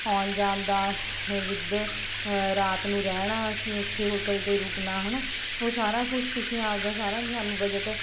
ਆਉਣ ਜਾਣ ਦਾ ਵਿਦ ਅ ਰਾਤ ਨੂੰ ਰਹਿਣਾ ਅਸੀਂ ਉੱਥੇ ਹੋਟਲ ਦੇ ਰੁਕਣਾ ਹੈ ਨਾ ਉਹ ਸਾਰਾ ਕੁਝ ਤੁਸੀਂ ਆਪਣਾ ਸਾਰਾ ਵੀ ਸਾਨੂੰ ਬਜਟ